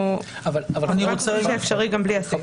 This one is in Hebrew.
אני חושבת שזה אפשרי גם בלי הסעיף.